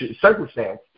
circumstance